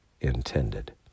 intended